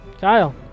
Kyle